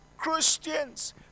Christians